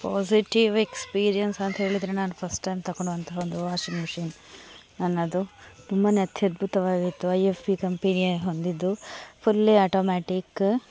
positive experience ಅಂತ ಹೇಳಿದರೆ ನಾನು ಫಸ್ಟ್ ಟೈಮ್ ತಗೊಂಡುವಂತಹ ಒಂದು ವಾಷಿಂಗ್ ಮಿಷಿನ್ ನನ್ನದು ತುಂಬಾ ಅತ್ಯದ್ಭುತವಾಗಿತ್ತು ಐ ಎಫ್ ಬಿ ಕಂಪೆನಿಯ ಹೊಂದಿದ್ದು ಫುಲ್ಲಿ ಆಟೋಮ್ಯಾಟಿಕ್